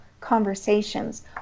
conversations